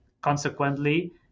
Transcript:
consequently